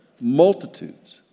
Multitudes